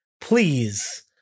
please